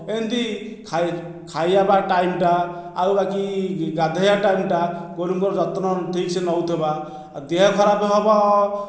ଏମିତି ଖାଇ ଖାଇବା ପାଇଁ ଟାଇମ୍ଟା ଆଉ ବାକି ଗାଧୋଇବା ଟାଇମ୍ଟା ଗୋରୁଙ୍କର ଯତ୍ନ ଠିକ୍ସେ ନେଉଥିବା ଦେହ ଖରାପ ହେବ